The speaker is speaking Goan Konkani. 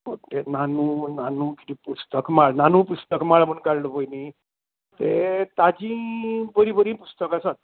नानू नानू कितें पुस्तक माळ नानू पुस्तक माळ म्हूण काडल्या पळय नी तें ताचीं बरीं बरीं पुस्तकां आसात